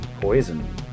poison